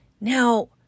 Now